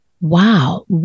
wow